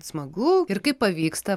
smagu ir kai pavyksta